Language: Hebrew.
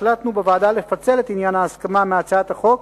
החלטנו בוועדה לפצל את עניין ההסכמה מהצעת החוק,